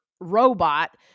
robot